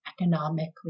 economically